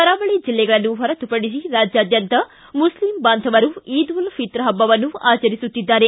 ಕರಾವಳಿ ಜಿಲ್ಲೆಗಳನ್ನು ಹೊರತುಪಡಿಸಿ ರಾಜ್ಯಾದ್ಯಂತ ಮುಸ್ಲಿಂ ಬಾಂಧವರು ಈದ್ ಉಲ್ ಫಿತ್ರ ಹಬ್ಬವನ್ನು ಆಚರಿಸುತ್ತಿದ್ದಾರೆ